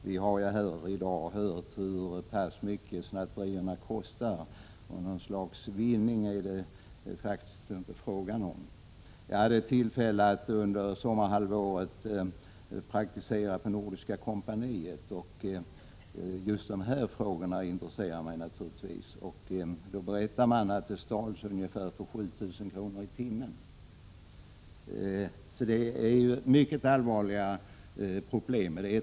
Vi har här i dag hört hur mycket snatterierna kostar, och något slags vinning är det faktiskt inte fråga om. Jag hade tillfälle att under sommarhalvåret praktisera på Nordiska Kompaniet. Just de här frågorna intresserar mig naturligtvis. Det berättades att det stjäls för ungefär 7 000 kr. i timmen. Det är ett mycket allvarligt problem.